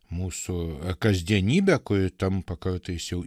mūsų kasdienybę kuri tampa kartais jau